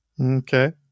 Okay